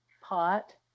pot